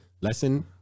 lesson